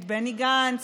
את בני גנץ,